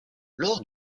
lors